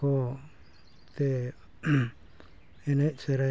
ᱠᱚᱛᱮ ᱮᱱᱮᱡᱼᱥᱮᱨᱮᱧ